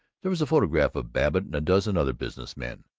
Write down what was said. there was a photograph of babbitt and a dozen other business men,